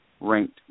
ranked